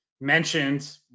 mentioned